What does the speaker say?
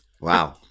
Wow